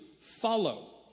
follow